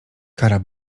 kara